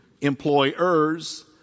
employers